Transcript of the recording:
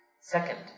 Second